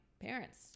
parents